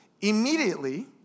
Immediately